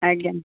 ଆଜ୍ଞା